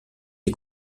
des